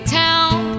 town